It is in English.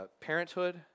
Parenthood